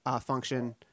function